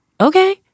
okay